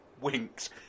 winks